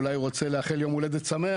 אולי הוא רוצה לאחל יום הולדת שמח